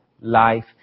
life